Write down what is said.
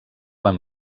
han